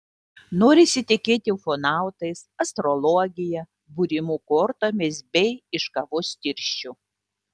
norisi tikėti ufonautais astrologija būrimu kortomis bei iš kavos tirščių